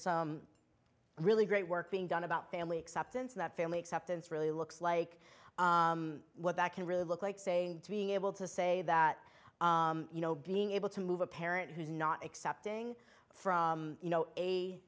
some really great work being done about family acceptance that family acceptance really looks like what that can really look like saying to being able to say that you know being able to move a parent who's not accepting from you know a